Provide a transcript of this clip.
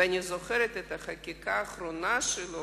ואני זוכרת את החקיקה האחרונה שלו,